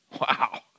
Wow